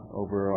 over